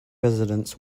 residents